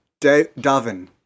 Davin